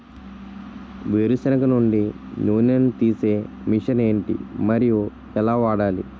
వేరు సెనగ నుండి నూనె నీ తీసే మెషిన్ ఏంటి? మరియు ఎలా వాడాలి?